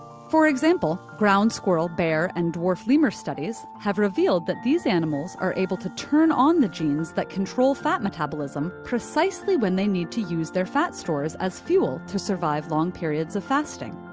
for example, ground squirrel, bear and dwarf lemur studies have revealed that these animals are able to turn on the genes that control fat metabolism precisely when they need to use their fat stores as fuel to survive long periods of fasting.